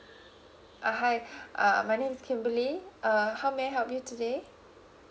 uh hi uh my name is kimberly err how may I help you today